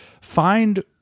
find